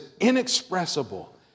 inexpressible